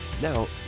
Now